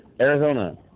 Arizona